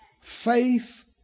faith